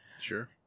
Sure